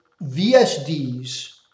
VSDs